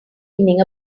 evening